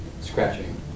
scratching